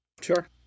Sure